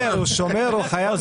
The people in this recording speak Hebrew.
הוא שומר, הוא חייב.